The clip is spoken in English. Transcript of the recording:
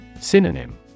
Synonym